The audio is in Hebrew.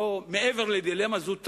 מעבר לדילמה, זו טרילמה,